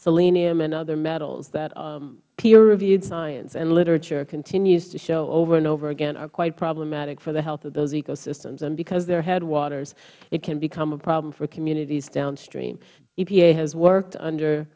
selenium and other metals that peerreviewed science and literature continues to show over and over again are quite problematic for the health of those ecosystems and because they are headwaters it can become a problem for communities downstream epa has worked under